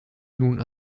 nun